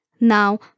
Now